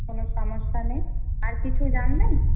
কোনো সমস্যা নেই আর কিছু জানবেন